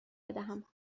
بدهم